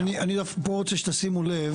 פה, אני רוצה שתשימו לב